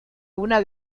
una